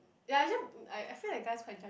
ya it's just I I feel like guys quite